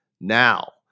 now